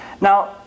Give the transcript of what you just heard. Now